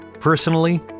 personally